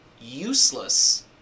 useless